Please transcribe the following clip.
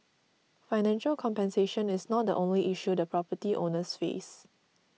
financial compensation is not the only issue the property owners face